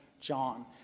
John